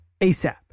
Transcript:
ASAP